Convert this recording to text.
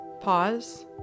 Pause